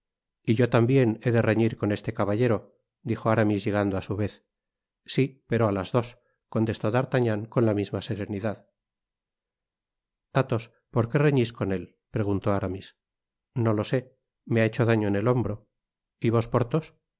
y yo tambien he de reñir con este caballero dijo aramis llegando á su vez sí pero á las dos contestó d'artagnan con la misma serenidad athos por qué reñís con él preguntó aramis no lo sé me ha hecho daño en el hombro y vos